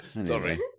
Sorry